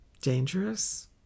dangerous